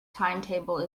timetable